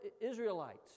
Israelites